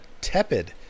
tepid